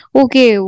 okay